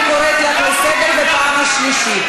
אני קוראת אותך לסדר פעם שלישית.